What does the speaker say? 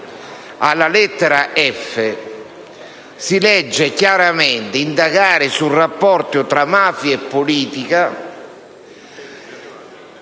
1, lettera *f)*, si legge chiaramente: «indagare sul rapporto tra mafia e politica,